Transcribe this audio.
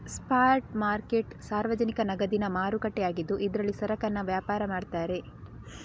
spot market ಸಾರ್ವಜನಿಕ ನಗದಿನ ಮಾರುಕಟ್ಟೆ ಆಗಿದ್ದು ಇದ್ರಲ್ಲಿ ಸರಕನ್ನ ವ್ಯಾಪಾರ ಮಾಡ್ತಾರೆ